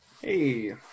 Hey